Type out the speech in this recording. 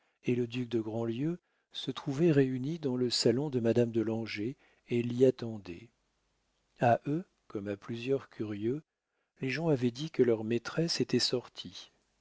et le duc de grandlieu se trouvaient réunis dans le salon de madame de langeais et l'y attendaient a eux comme à plusieurs curieux les gens avaient dit que leur maîtresse était sortie